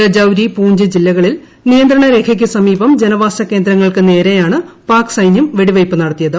രജൌരി പൂഞ്ച് ജില്ലകളിൽ നിയന്ത്രണ രേഖയ്ക്ക് സമീപം ജനവാസ കേന്ദ്രങ്ങൾക്ക് നേരെയാണ് പാക് സൈനൃം വെടിവെയ്പ്പ് നടത്തിയത്